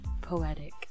poetic